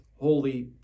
holy